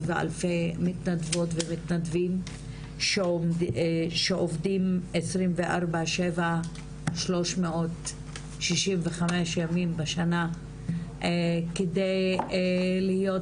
ואלפי מתנדבות ומתנדבים שעובדים 24/7 365 ימים בשנה כדי להיות